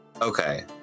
okay